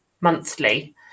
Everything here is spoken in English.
monthly